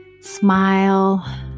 Smile